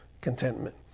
contentment